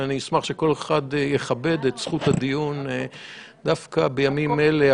ואני אשמח שכל אחד יכבד את זכות הדיון דווקא בימים אלה,